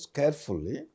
carefully